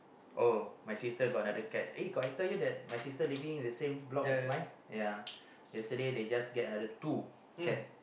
oh my sister got another cat eh I got tell you that my sister living the same block as mine ya yesterday they just got another two cat